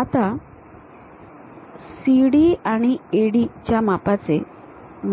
आता CD आणि AD च्या मापाचे